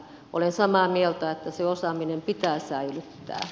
olen samaa mieltä että se osaaminen pitää säilyttää